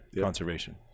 conservation